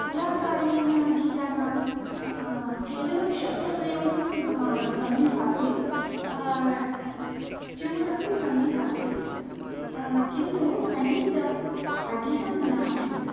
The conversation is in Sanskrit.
पुराकालीनगीतानां केवलं शब्दप्रयोगः सम्यक् आसीत् ट्यून् अपि सम्यगासीत् किन्तु सङ्गीतम् अधिकं नासीत्